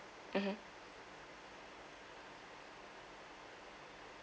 mmhmm